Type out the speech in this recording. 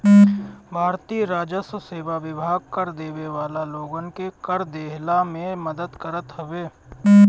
भारतीय राजस्व सेवा विभाग कर देवे वाला लोगन के कर देहला में मदद करत हवे